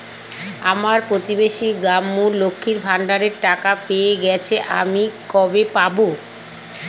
আমার প্রতিবেশী গাঙ্মু, লক্ষ্মীর ভান্ডারের টাকা পেয়ে গেছে, আমি কবে পাব?